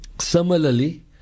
Similarly